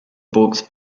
books